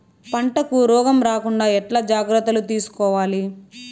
పంటకు రోగం రాకుండా ఎట్లా జాగ్రత్తలు తీసుకోవాలి?